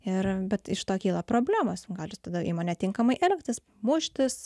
ir bet iš to kyla problemos gali jis tada ima netinkamai elgtis muštis